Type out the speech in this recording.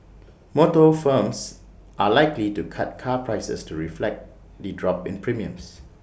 motor firms are likely to cut car prices to reflect the drop in premiums